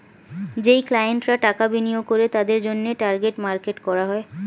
যেই ক্লায়েন্টরা টাকা বিনিয়োগ করে তাদের জন্যে টার্গেট মার্কেট করা হয়